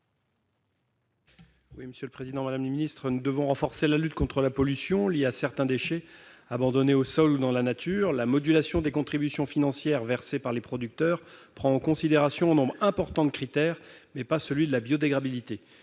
parole est à M. Frédéric Marchand. Nous devons renforcer la lutte contre la pollution liée à certains déchets abandonnés au sol ou dans la nature. La modulation des contributions financières versées par les producteurs prend en considération un nombre important de critères, mais pas celui de la biodégradabilité.